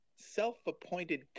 self-appointed